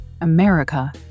America